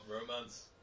romance